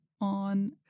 on—